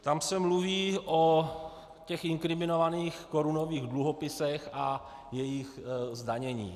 Tam se mluví o těch inkriminovaných korunových dluhopisech a jejich zdanění.